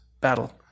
battle